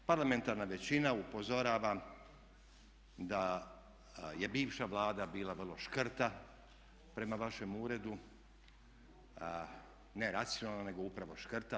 Parlamentarna većina upozorava da je bivša Vlada bila vrlo škrta prema vašem uredu, ne racionalna nego upravo škrta.